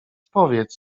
powiedz